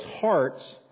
hearts